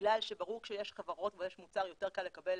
בגלל שברור שכשיש חברות ויש מוצר יותר קל לקבל